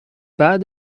بعد